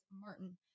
Martin